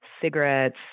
cigarettes